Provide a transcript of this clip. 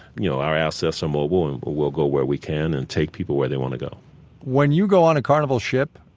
you know, our assets are mobile, and we will go where we can and take people where they want to go when you go on a carnival ship,